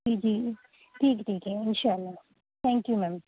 جی جی ٹھیک ہے ٹھیک ہے اِنشاءاللہ تھینک یو میم